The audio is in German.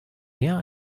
mehr